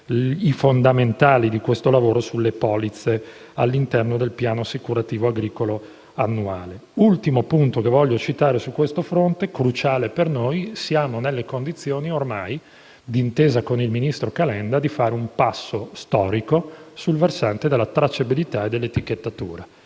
i fondamentali di questo lavoro sulle polizze all'interno del piano assicurativo agricolo annuale. Voglio citare un ultimo punto su questo fronte, cruciale per noi: siamo nelle condizioni ormai, d'intesa con il ministro Calenda, di fare un passo storico sul versante della tracciabilità e dell'etichettatura.